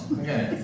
okay